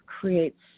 creates